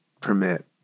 permit